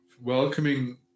welcoming